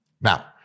Now